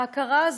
ההכרה הזאת,